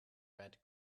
red